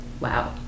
wow